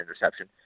interception